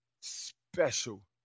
special